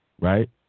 right